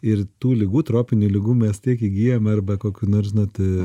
ir tų ligų tropinių ligų mes tiek įgyjame arba kokiu nors žinot ee